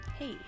Hey